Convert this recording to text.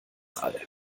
all